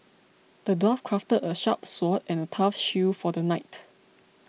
the dwarf crafted a sharp sword and a tough shield for the knight